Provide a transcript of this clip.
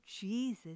Jesus